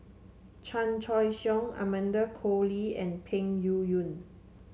Chan Choy Siong Amanda Koe Lee and Peng Yuyun